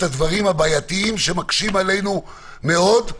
הדברים הבעייתיים שמקשים עלינו מאוד,